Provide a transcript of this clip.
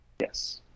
yes